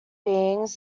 beings